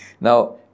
Now